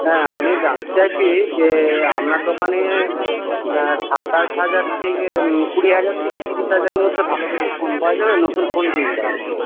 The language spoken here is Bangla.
হ্যাঁ আমি জানতে চাইছি যে আপনার দোকানে সাতাশ হাজার থেকে কুড়ি হাজার থেকে ত্রিশ হাজারের মধ্যে ভালো কিছু ফোন পাওয়া যাবে নতুন ফোন কিনতাম আর কি